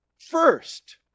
first